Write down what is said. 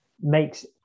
makes